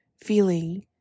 feeling